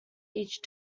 each